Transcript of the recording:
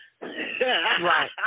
Right